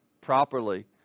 properly